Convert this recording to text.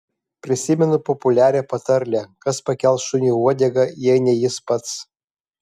prisimenu populiarią patarlę kas pakels šuniui uodegą jei ne jis pats